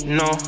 no